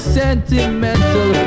sentimental